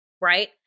right